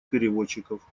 переводчиков